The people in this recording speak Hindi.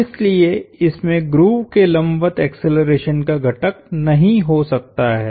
इसलिए इसमें ग्रूव के लंबवत एक्सेलरेशन का घटक नहीं हो सकता है